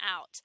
out